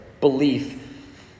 belief